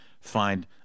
find